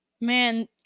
man